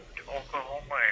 Oklahoma